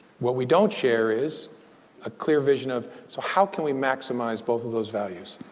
what we don't share is a clear vision of so how can we maximize both of those values?